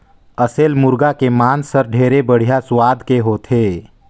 असेल मुरगा के मांस हर ढेरे बड़िहा सुवाद के होथे